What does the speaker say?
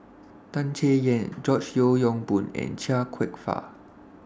Tan Chay Yan George Yeo Yong Boon and Chia Kwek Fah